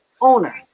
owner